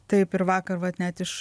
taip ir vakar vat net iš